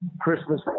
Christmas